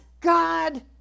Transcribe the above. God